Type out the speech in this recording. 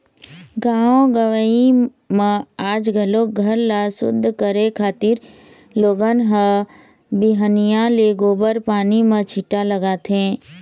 गाँव गंवई म आज घलोक घर ल सुद्ध करे खातिर लोगन ह बिहनिया ले गोबर पानी म छीटा लगाथे